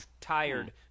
tired